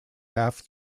half